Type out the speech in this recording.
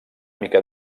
mica